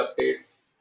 updates